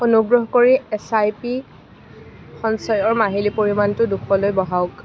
অনুগ্ৰহ কৰি S I P সঞ্চয়ৰ মাহিলী পৰিমাণটো দুশলৈ বঢ়াওক